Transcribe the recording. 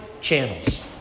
channels